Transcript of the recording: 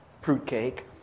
fruitcake